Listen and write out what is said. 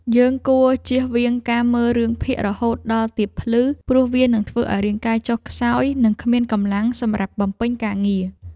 យើងគួរជៀសវាងការមើលរឿងភាគរហូតដល់ទាបភ្លឺព្រោះវានឹងធ្វើឱ្យរាងកាយចុះខ្សោយនិងគ្មានកម្លាំងសម្រាប់បំពេញការងារ។